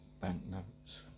banknotes